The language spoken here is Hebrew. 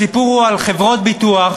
הסיפור הוא על חברות ביטוח